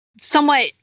somewhat